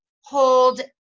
hold